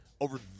over